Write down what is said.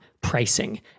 pricing